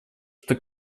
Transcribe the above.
что